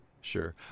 Sure